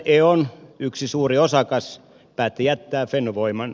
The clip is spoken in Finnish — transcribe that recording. on yksi suuri osakas päätti jättää fennovoiman